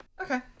okay